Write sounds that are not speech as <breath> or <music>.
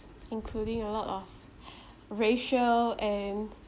including a lot of <breath> racial and